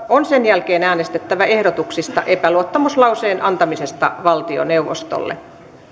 on sen jälkeen äänestettävä ehdotuksista epäluottamuslauseen antamiseksi valtioneuvostolle